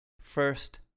first